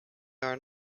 are